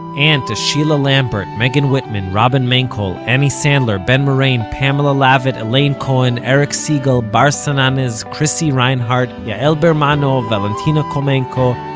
and to sheila lambert, megan whitman, robin mancoll, annie sandler, ben murane, pamela lavitt, elaine cohen, eric segal, bar so and um sananes, chrissy rinehart, yael bermano, valentina khomenko,